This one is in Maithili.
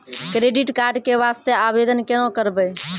क्रेडिट कार्ड के वास्ते आवेदन केना करबै?